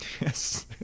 Yes